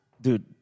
dude